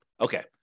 Okay